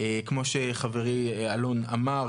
כמו שחברי אלון אמר,